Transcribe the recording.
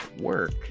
work